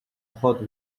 hot